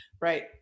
Right